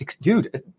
dude